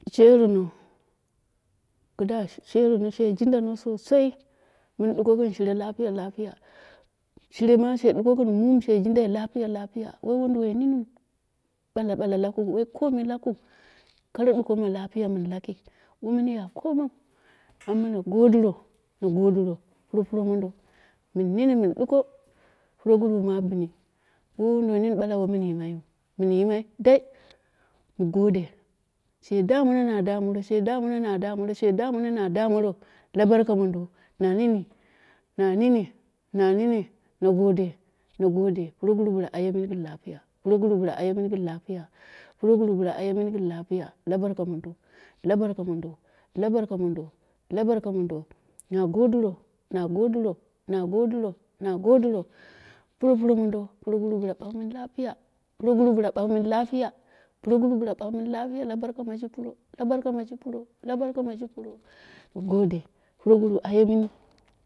Sherono, kida sherono, shje jindano sosai min ɗuko gin shire lapiya lapiya, shire ma she duko gin mum she jindai lapiya lapiya woi wonduwoi niniu, ɓalaɓala lakiu, woi kome lakiu, kara duko ma lapiya min ki womin ya komiu. Amma na godiro, godiro puro puro mondo, min nini min duko, puroguru ma a bini, woi wonduwoi nini ɓala woi mini yimaiyu, mini yimai dai, mu gode. She damoro, na damoro, she damono, na damoro, she damono, na damoro. La barka mondo, na nini na nini na nini na gode na gode, puroguru bla ayemini gin lapiya, puroguru bla ayemini gin lapiya puroguru bla ayemini gin lapiya, la barka mondo, la barka mondo la barka mondo na godiro, na godiro, na godiro na godiro puropuro mondo, puroguru bla bak mini lapiya, puroguru bla bak mini lapiya, puroguru bla bak mini lapiya, la barka ma ji puro la barka maji puru, la barka maji puro, na gode, puroguru ayemini.